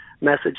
message